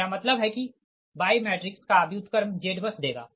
मेरा मतलब है कि Y मैट्रिक्स का व्युत्क्रम ZBUS देगा